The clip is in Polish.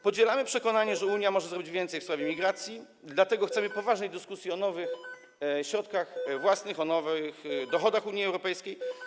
Podzielamy przekonanie, że Unia może zrobić więcej w sprawie migracji, dlatego chcemy poważnej dyskusji o nowych środkach własnych, o nowych dochodach Unii Europejskiej.